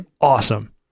awesome